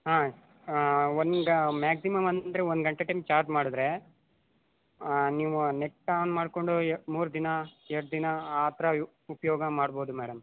ಹಾಂ ಒಂದು ಮ್ಯಾಕ್ಸಿಮಮ್ ಅಂದರೆ ಒಂದು ಗಂಟೆ ಟೈಮ್ ಚಾರ್ಜ್ ಮಾಡಿದ್ರೆ ನೀವು ನೆಟ್ ಆನ್ ಮಾಡಿಕೊಂಡು ಯ ಮೂರು ದಿನ ಎರಡು ದಿನ ಆ ತರ ಯು ಉಪಯೋಗ ಮಾಡ್ಬೌದು ಮೇಡಮ್